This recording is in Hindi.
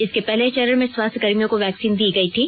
इसके पहले चरण में स्वास्थ्य कर्मियों को वैक्सीन दी गई थी